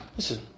listen